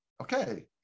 okay